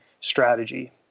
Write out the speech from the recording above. strategy